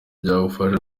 byagufasha